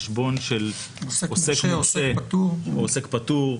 חשבון של עוסק מורשה או עוסק פטור,